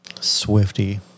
Swifty